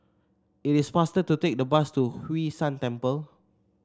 it is faster to take the bus to Hwee San Temple